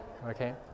okay